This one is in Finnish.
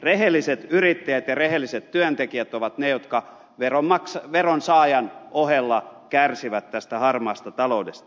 rehelliset yrittäjät ja rehelliset työntekijät ovat ne jotka veronsaajan ohella kärsivät tästä harmaasta taloudesta